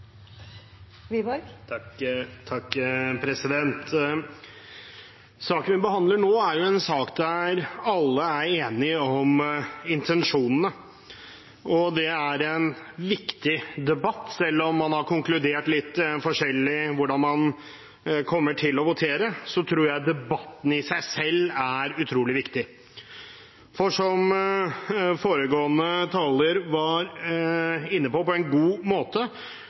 enige om intensjonene, og det er en viktig debatt. Selv om man har konkludert litt forskjellig med hensyn til hvordan man kommer til å votere, tror jeg debatten i seg selv er utrolig viktig. Som foregående taler var inne på på en god måte,